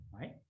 right